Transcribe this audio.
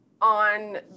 on